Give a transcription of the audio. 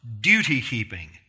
duty-keeping